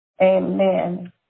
Amen